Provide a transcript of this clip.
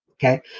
Okay